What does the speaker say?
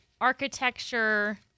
architecture